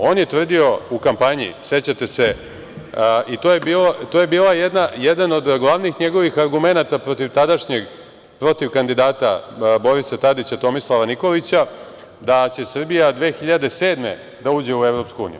On je tvrdio u kampanji, sećate se, i to je bio jedan od glavnih njegovih argumenata protiv tadašnjeg protivkandidata Borisa Tadića, Tomislava Nikolića, da će Srbija 2007. godine da uđe u EU.